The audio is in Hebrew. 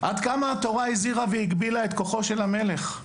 עד כמה התורה הזהירה והגבילה את כוחו של המלך?